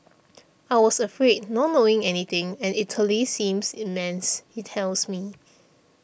I was afraid not knowing anything and Italy seems immense he tells me